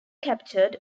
captured